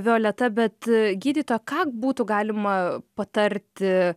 violeta bet gydytoja ką būtų galima patarti